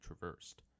traversed